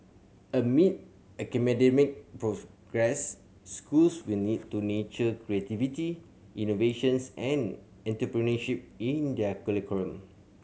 amid academic progress schools will need to nurture creativity innovations and entrepreneurship in their curriculum